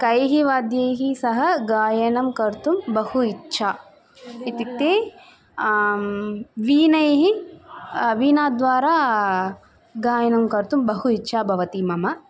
कैः वाद्यैः सह गायनं कर्तुं बहु इच्छा इत्युक्ते वीणैः वीणाद्वारा गायनं कर्तुं बहु इच्छा भवति मम